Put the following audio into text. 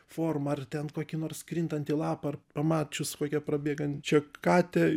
formą ar ten kokį nors krintantį lapą ar pamačius kokią prabėgančią katę